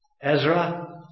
Ezra